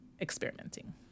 experimenting